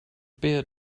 beer